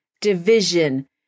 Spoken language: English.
division